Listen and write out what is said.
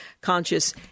Conscious